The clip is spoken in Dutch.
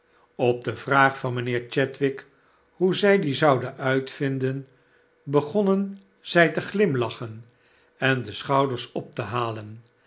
op de vraag van mynheer chadwick hoe zij dien zouden uitvinden begonnen zij te glimlachen en de schouders op te halen